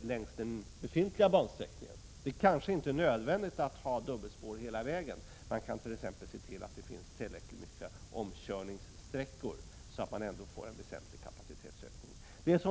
längs den befintliga bansträckningen. Det kanske inte är nödvändigt att ha dubbelspår hela vägen — man kan t.ex. se till att det finns tillräckligt med omkörningssträckor, så att man ändå får en väsentlig kapacitetsökning.